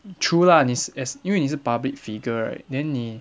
true lah 你 as 因为你是 public figure right then 你